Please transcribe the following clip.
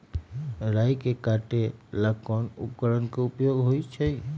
राई के काटे ला कोंन उपकरण के उपयोग होइ छई?